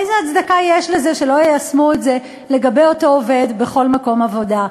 איזה הצדקה יש לזה שלא יישמו את זה לגבי אותו עובד בכל מקום עבודה?